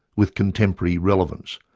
with contemporary relevance.